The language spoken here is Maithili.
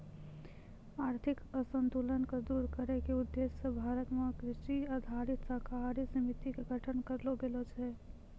आर्थिक असंतुल क दूर करै के उद्देश्य स भारत मॅ कृषि आधारित सहकारी समिति के गठन करलो गेलो छै